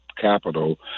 capital